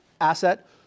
asset